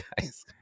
guys